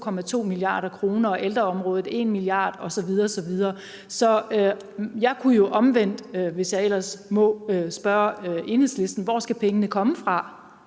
2,2 mia. kr. og ældreområdet 1 mia. kr. osv. osv. Så jeg kunne jo omvendt, hvis jeg ellers måtte, spørge Enhedslisten: Hvor skal pengene komme fra?